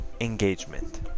engagement